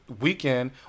Weekend